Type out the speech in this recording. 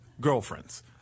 girlfriends